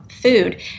food